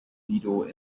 beetle